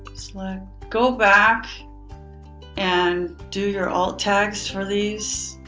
like go back and do your alt text for these.